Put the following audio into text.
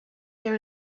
there